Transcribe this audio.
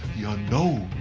the unknown!